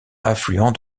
affluent